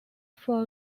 for